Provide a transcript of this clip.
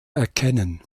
erkennen